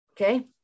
okay